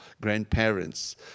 grandparents